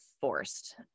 forced